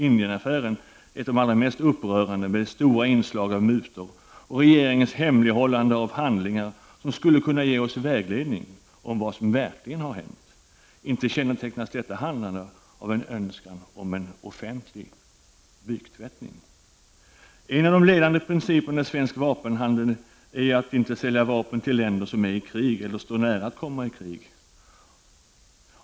Indienaffären är för många ett av de allra mest upprörande, med dess stora inslag av mutor och regeringens hemlighållande av handlingar som skulle kunna ge oss vägledning om vad som verkligen har hänt. Inte kännetecknas detta handlande av någon önskan om offentlig byktvättning! En av de ledande principerna i svensk vapenhandel är att inte sälja vapen till länder som är i krig eller står nära att komma i krig.